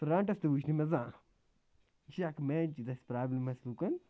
سۄ رانٛٹَس تہِ وٕچھ نہٕ مےٚ زانٛہہ یہِ چھِ اَکھ مین چیٖز اَسہِ پرٛابلِم اَسہِ لُکَن